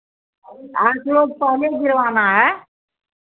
आठ रोज पहले गिरवाना है